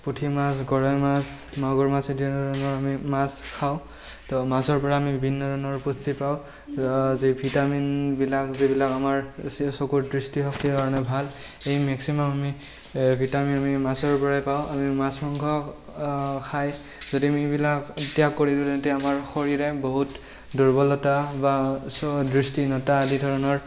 পুঠি মাছ গৰৈ মাছ মাগুৰ মাছ ধৰণৰ আমি মাছ খাওঁ ত মাছৰ পৰা আমি বিভিন্ন ধৰণৰ পুষ্টি পাওঁ যি ভিটামিনবিলাক যিবিলাক আমাৰ চকুৰ দৃষ্টিশক্তিৰ কাৰণে ভাল সেই মেক্সিমাম আমি ভিটামিন আমি মাছৰ পৰাই পাওঁ আমি মাছ মাংস খাই ত্যাগ কৰি দিওঁ তেন্তে আমাৰ শৰীৰে বহুত দুৰ্বলতা বা দৃষ্টিহীনতা আদি ধৰণৰ